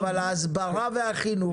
אבל ההסברה והחינוך,